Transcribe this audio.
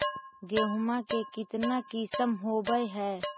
गेहूमा के कितना किसम होबै है?